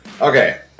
Okay